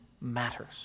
matters